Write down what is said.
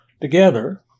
together